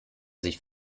sich